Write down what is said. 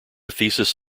thesis